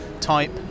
type